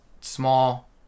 small